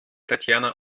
tatjana